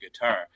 guitar